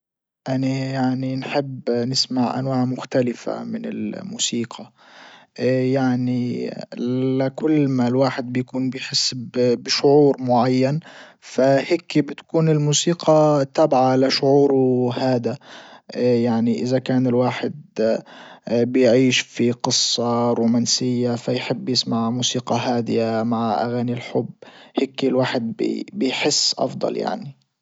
اني يعني نحب نسمع انواع مختلفة من الموسيقى يعني لكل ما الواحد بيكون بيحس بشعور معين فهيكي بتكون الموسيقى تابعة لشعوره هادا يعني اذا كان الواحد يعيش في قصة رومانسية فيحب يسمع موسيقى هادئة مع اغاني الحب هيكي الواحد بيحس افضل يعني.